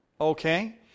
Okay